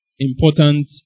important